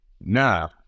Now